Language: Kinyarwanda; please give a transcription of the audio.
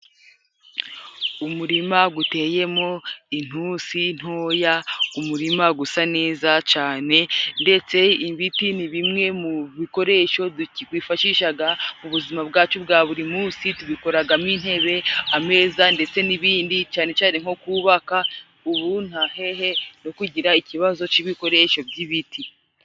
Umurima guteyemo intusi ntoya, umurima gusa neza cane, ndetse ibiti ni bimwe mu bikoresho bifashishaga ubuzima bwacu bwa buri munsi, tubikoragamo intebe, ameza, ndetse n'ibindi cane cane nko kubaka, ubu nta hehe no kugira ikibazo c'ibikoresho by'ibiti.